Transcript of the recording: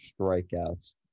strikeouts